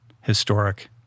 historic